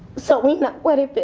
so we know what it but